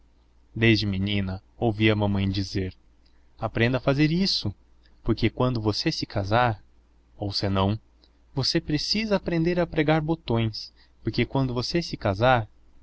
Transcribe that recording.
desde menina ouvia a mamãe dizer aprenda a fazer isso porque quando você se casar ou senão você precisa aprender a pregar botões porque quando você se casar